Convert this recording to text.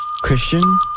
Christian